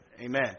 Amen